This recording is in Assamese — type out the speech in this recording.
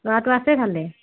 ল'ৰাটো আছে ভালে